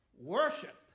worship